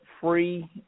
free